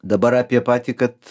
dabar apie patį kad